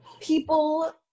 People